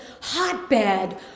hotbed